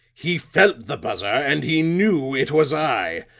he felt the buzzer, and he knew it was i.